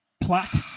Plot